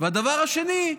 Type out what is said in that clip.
הדבר השני,